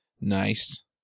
Nice